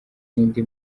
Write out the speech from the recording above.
n’indi